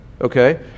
Okay